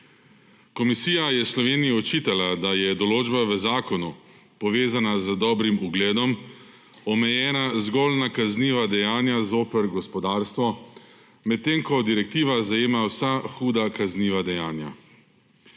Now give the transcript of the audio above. Komisija je Sloveniji očitala, da je določba v zakonu, povezana z dobrih ugledom, omejena zgolj na kazniva dejanja zoper gospodarstvo, medtem ko direktiva zajema vsa huda kazniva dejanja.